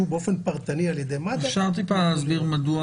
באופן פרטני על ידי מד"א --- אפשר להסביר מדוע